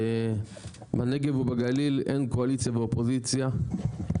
בנגב ובגליל אין קואליציה ואופוזיציה,